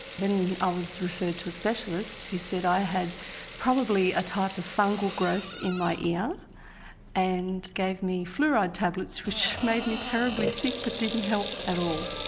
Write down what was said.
then i was referred to a specialist who said i had probably a type of fungal growth in my ear and gave me fluoride tablets which made me terribly sick but didn't help at all.